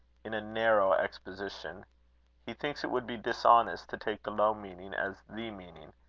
in a narrow exposition he thinks it would be dishonest to take the low meaning as the meaning.